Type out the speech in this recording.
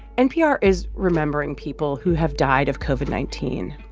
npr is remembering people who have died of covid nineteen.